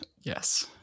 Yes